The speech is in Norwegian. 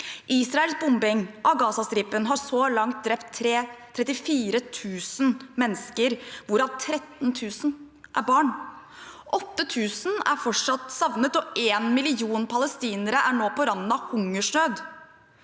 Israels bombing av Gazastripen har så langt drept 34 000 mennesker, hvorav 13 000 er barn. Det er 8 000 som fortsatt er savnet, og 1 million palestinere er nå på randen av hungersnød.